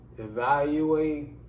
Evaluate